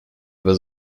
was